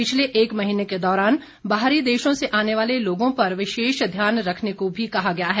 पिछले एक महीने के दौरान बाहरी देशों से आने वाले लोगों पर विशेष ध्यान रखने को भी कहा गया है